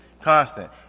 constant